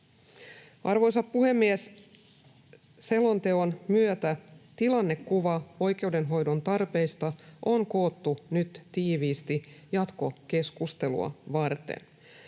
Arvoisa puhemies! Selonteon myötä tilannekuva oikeudenhoidon tarpeesta on koottu nyt tiiviisti jatkokeskustelua varten.